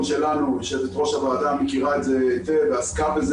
שלנו יושבת-ראש הוועדה מכירה את זה היטב ועסקה בזה